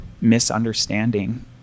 misunderstanding